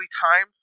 timed